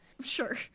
Sure